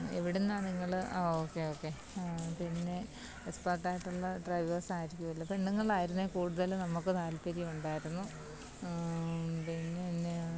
എവിടെ നിന്നാണ് നിങ്ങൾ ഓക്കേ ഓക്കേ പിന്നെ എക്സ്പേർട്ട് ആയിട്ടുള്ള ഡ്രൈവേഴ്സ് ആയിരിക്കുമല്ലോ പെണ്ണുങ്ങൾ ആയിരുന്നാൽ കൂടുതലും നമ്മൾക്ക് താൽപ്പര്യം ഉണ്ടായിരിന്നു പിന്നെ എന്താണ്